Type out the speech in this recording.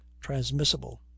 transmissible